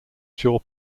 shaw